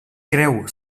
creu